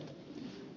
puhemies